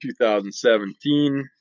2017